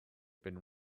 been